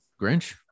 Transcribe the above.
Grinch